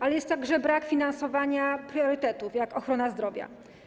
Ale jest także brak finansowania priorytetów jak ochrona zdrowia.